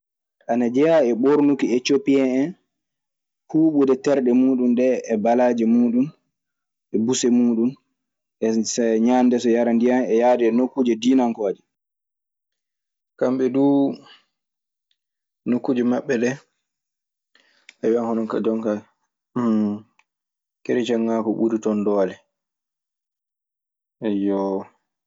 Ana jeyaa e ɓoornouki eccoppiyen en kuuɓude terɗe muuɗun ɗee e balaaje muuɗun e buse muuɗun; e ñaande so yara ndiyan e yahde e nokkuuje diinankooje. Kamɓe duu nokkuuje maɓɓe ɗee, a wiyan hono ka jonkaa kereciyeŋaagu ɓuri ton doole. Eyyoo.